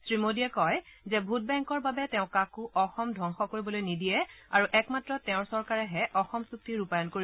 শ্ৰী মোডীয়ে কয় যে ভোট বেংকৰ বাবে তেওঁ কাকো অসম ধবংস কৰিবলৈ নিদিয়ে আৰু একমাত্ৰ তেওঁৰ চৰকাৰেহে অসম চুক্তি ৰূপায়ণ কৰিব